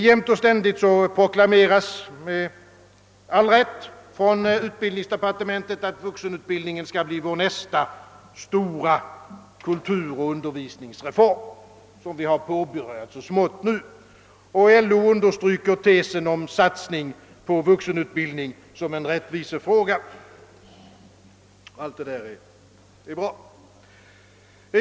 Jämt och ständigt och med all rätt proklamerar utbildningsdepartementet, att vuxenutbildningen skall bli vår nästa stora kulturoch undervisningsreform. Vi har redan så smått påbörjat den. LO understryker tesen om satsning på vuxenutbildningen som en rättvisefråga.